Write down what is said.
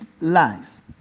lies